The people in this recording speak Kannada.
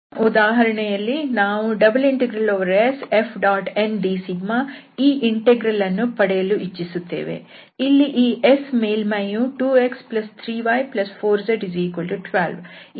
ಮುಂದಿನ ಉದಾಹರಣೆಯಲ್ಲಿ ನಾವು ∬SFndσ ಈ ಇಂಟೆಗ್ರಲ್ ಅನ್ನು ಪಡೆಯಲು ಇಚ್ಚಿಸುತ್ತೇವೆ ಇಲ್ಲಿ ಈ S ಮೇಲ್ಮೈಯು 2x3y4z12 ಈ ಸಮತಲದ ಮೊದಲನೇ ಆಕ್ಟಂಟ್ ನಲ್ಲಿರುವ ಭಾಗ